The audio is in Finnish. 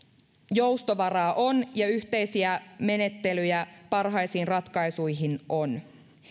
joustovaraa on ja yhteisiä menettelyjä parhaisiin ratkaisuihin on